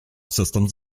systems